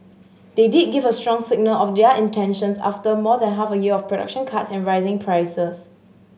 they did give a strong signal of their intentions after more than half a year of production cuts and rising prices